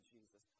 Jesus